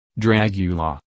Dragula